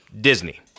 Disney